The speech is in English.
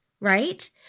right